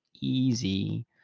easy